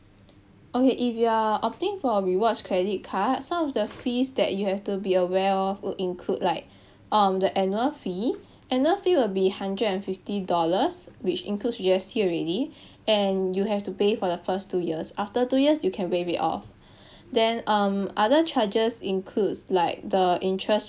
okay if you are opting for a rewards credit card some of the fees that you have to be aware of will include like um the annual fee annual fee will be hundred and fifty dollars which includes G_S_T already and you have to pay for the first two years after two years you can waive it off then um other charges includes like the interest